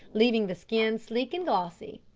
leaving the skin sleek and glossy.